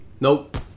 Nope